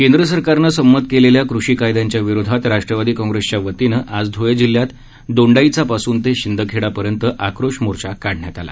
केंद्र सरकारनं संमत केलेल्या कृषी कायदयांच्या विरोधात राष्ट्रवादी काँग्रेसच्या वतीनं आज धुळे जिल्ह्यात दोंडाईचा पासून ते शिंदखेडापर्यंत आक्रोश मोर्चा काढण्यात आला